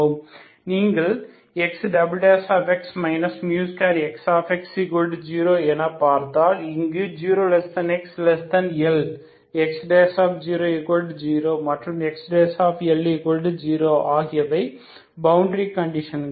நீங்கள் Xx 2Xx0 ஐ பார்த்தால் இங்கு 0xL X00மற்றும் XL0 ஆகியவை பவுண்டரி கண்டிஷன்கள்